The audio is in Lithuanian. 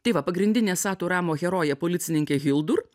tai va pagrindinė satu ramo herojė policininkė hildur